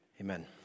Amen